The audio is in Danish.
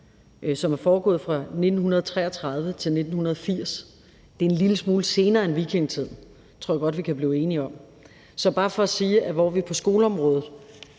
som var der fra 1933 til 1980. Det er en lille smule senere end vikingetiden, tror jeg godt vi kan blive enige om. Så det er bare for at sige, at hvor vi på skoleområdet